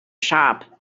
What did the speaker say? shop